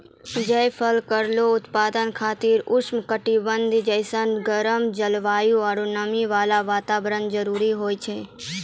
जायफल केरो उत्पादन खातिर उष्ण कटिबंधीय जैसनो गरम जलवायु आरु नमी वाला वातावरण जरूरी होय छै